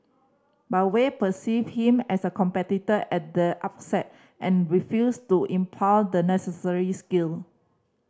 but we perceived him as a competitor at the upset and refused to impart the necessary skill